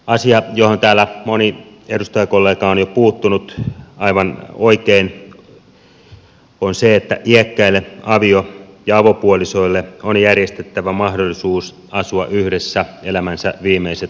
asia johon täällä moni edustajakollega on jo puuttunut aivan oikein on se että iäkkäille avio ja avopuolisoille on järjestettävä mahdollisuus asua yhdessä elämänsä viimeiset vuodet